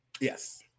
Yes